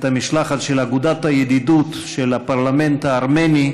את המשלחת של אגודת הידידות של הפרלמנט הארמני,